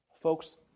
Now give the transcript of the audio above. Folks